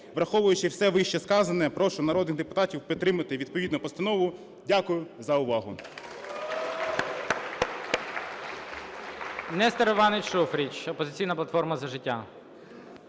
Враховуючи все вищесказане, прошу народних депутатів підтримати відповідну постанову. Дякую за увагу.